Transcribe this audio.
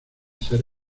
ser